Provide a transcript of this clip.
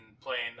playing